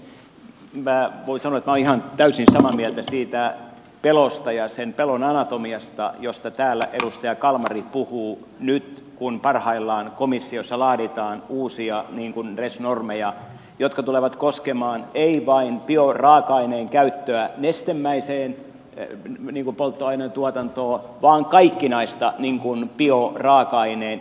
minä voin sanoa että minä olen täysin samaa mieltä siitä pelosta ja sen pelon anatomiasta joista täällä edustaja kalmari puhuu nyt kun parhaillaan komissiossa laaditaan uusia res normeja jotka tulevat koskemaan eivät vain bioraaka aineen käyttöä nestemäisen polttoaineen tuotantoon vaan kaikkinaista bioraaka aineen energiakäyttöä